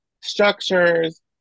structures